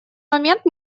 момент